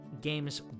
games